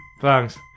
Thanks